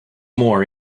more